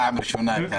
פעם הראשונה.